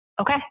okay